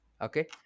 Okay